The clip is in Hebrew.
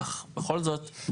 אבל בכל זאת,